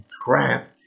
crap